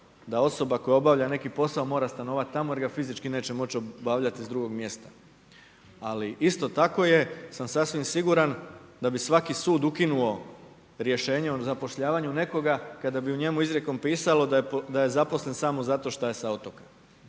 da osoba koja obavlja neki posao mora stanovati tamo jer ga fizički neće moći obavljati s drugog mjesta. Ali isto tako je, sam sasvim siguran da bi svaki sud ukinuo rješenje o zapošljavanju nekoga kada bi u njemu izrijekom pisalo da je zaposlen samo zato što je sa otoka.